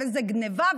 וזו גנבה,